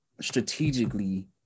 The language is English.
strategically